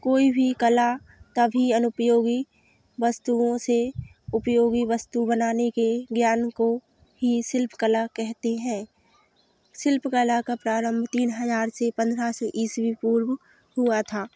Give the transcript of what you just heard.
कोई भी कला कभी अनुपयोगी वस्तुओं से उपयोगी वस्तु बनाने के ज्ञान को ही शिल्प कला कहते हैं शिल्प कला का प्रारंभ तीन हज़ार से पंद्रह सौ ईस्वी पूर्व हुआ था